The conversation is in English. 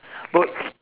but